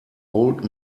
old